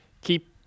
keep